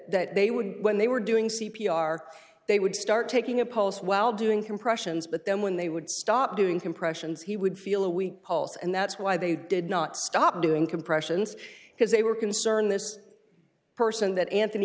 that they would when they were doing c p r they would start taking a pulse while doing compressions but then when they would stop doing compressions he would feel a weak pulse and that's why they did not stop doing compressions because they were concerned this person that anthony